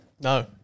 no